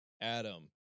Adam